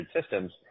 systems